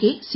K C